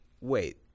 Wait